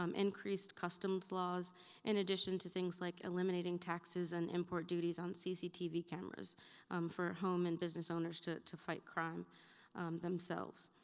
um increased customs laws in addition to things like eliminating taxes and import duties on cctv cameras for home and business owners to to fight crime themselves.